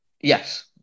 Yes